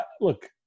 Look